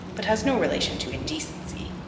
but has no relation to indecency.